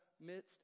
midst